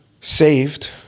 saved